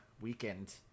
weekend